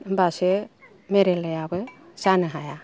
होमबासो मेलेरियाबो जानो हाया